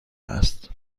است